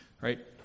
right